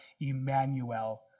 Emmanuel